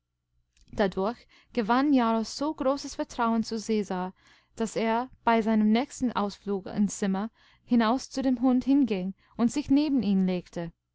dadurch gewann jarro so großes vertrauen zu cäsar daß er bei seinem nächsten ausflug ins zimmer hinaus zu dem hund hinging und sich neben ihn legte